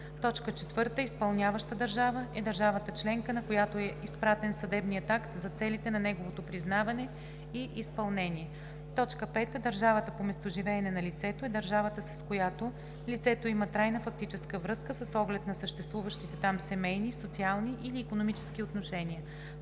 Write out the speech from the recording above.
акт. 4. „Изпълняваща държава“ е държавата членка, на която е изпратен съдебният акт за целите на неговото признаване и изпълнение. 5. „Държава по местоживеене на лицето“ е държавата, с която лицето има трайна фактическа връзка с оглед на съществуващите там семейни, социални или икономически отношения.